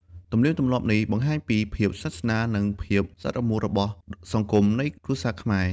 ទំនៀមទម្លាប់នេះ បង្ហាញពីភាពស្និទ្ធស្នាល និងភាពស្អិតរមួតរបស់សង្គមនៃគ្រួសារខ្មែរ។